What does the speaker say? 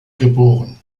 geboren